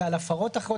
ועל הפרות אחרות,